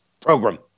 program